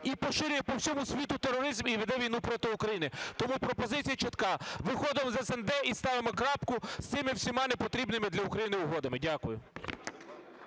і поширює по всьому світу тероризм, і веде війну проти України? Тому пропозиція чітка: виходимо з СНД і ставимо крапку з цими всіма непотрібними для України угодами. Дякую.